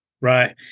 Right